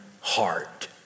heart